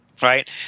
Right